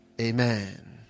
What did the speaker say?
Amen